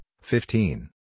fifteen